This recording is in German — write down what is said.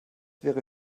wäre